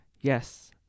Yes